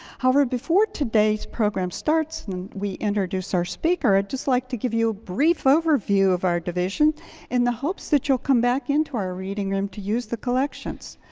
however, before today's program starts and we introduce our speaker, i'd just like to give you a brief overview of our division in the hopes that you'll come back into our reading room to use the collections.